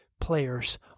players